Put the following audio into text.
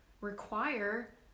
require